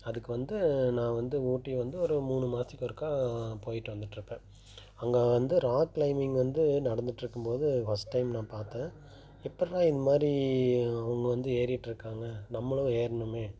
அதுக்கு வந்து நான் வந்து ஊட்டி வந்து ஒரு மூணு மாதத்துக்கு ஒருக்கா போயிட்டு வந்திட்டிருப்பேன் அங்கே வந்து ராக் கிளைமிங் வந்து நடந்துட்டிருக்கும்போது ஃபஸ்ட் டைம் நான் பார்த்தேன் எப்பிட்றா இந்த மாதிரி அவங்க வந்து ஏறிட்டிருக்காங்க நம்மளும் ஏறணுமே